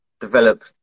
develop